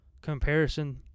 comparison